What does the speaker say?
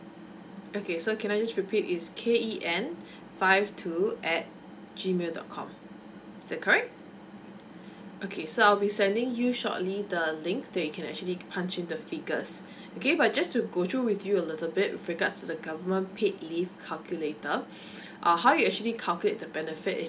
okay so can I just repeat is K E N five two at G mail dot com is that correct okay so I'll be sending you shortly the link then you can actually punch in the figures okay but I just to go through with you a little bit with regards to the government paid leave calculator uh how it actually calculate the benefit is